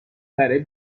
برای